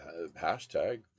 hashtag